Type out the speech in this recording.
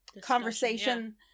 conversation